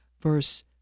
verse